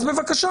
אז בבקשה,